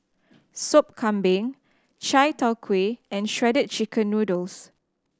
Sop Kambing Chai Tow Kuay and Shredded Chicken Noodles